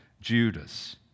Judas